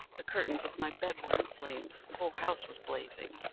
the curtains of my bed were in flames. the whole house was blazing.